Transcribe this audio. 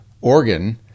organ